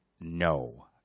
no